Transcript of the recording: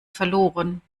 verloren